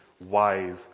wise